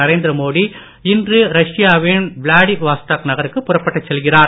நரேந்திர மோடி இன்று ரஷ்யாவின் வினாடிவாஸ்டாக் நகருக்கு புறப்பட்டுச் செல்கிறார்